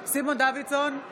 דוידסון,